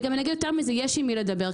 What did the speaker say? אגיד גם יותר מזה: יש עם מי לדבר.